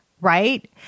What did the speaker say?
right